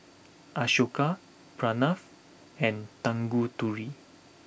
Ashoka Pranav and Tanguturi